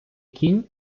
кінь